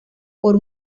por